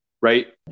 right